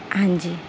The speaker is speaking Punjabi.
ਹਾਂਜੀ